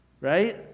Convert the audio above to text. right